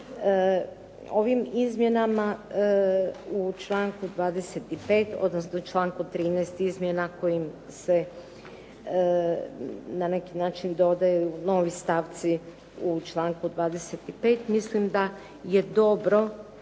Ovim izmjenama u članku 25. odnosno članku 13. izmjena kojim se na neki način dodaju novi stavci u članku 25. Mislim da je dobro